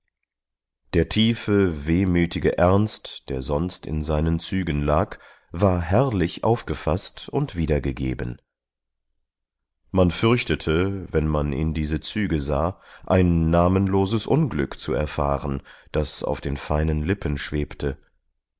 der tiefe wehmütige ernst der sonst in seinen zügen lag war herrlich aufgefaßt und wiedergegeben man fürchtete wenn man in diese züge sah ein namenloses unglück zu erfahren das auf den feinen lippen schwebte